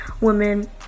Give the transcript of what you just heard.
women